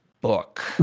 book